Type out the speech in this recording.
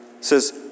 says